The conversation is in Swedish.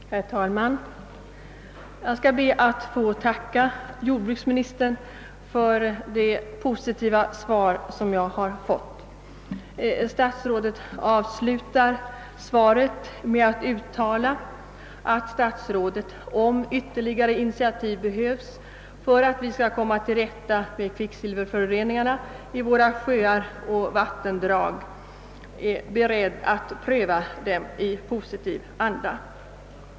Herr talman! Jag ber att få tacka jordbruksministern för det positiva svar som jag har fått. Statsrådet avslutar ju sitt svar med uttalandet, att »——— om ytterligare initiativ behövs är jag beredd pröva dem i positiv anda».